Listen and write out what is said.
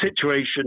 situation